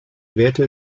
wehrte